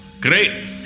Great